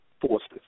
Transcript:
forces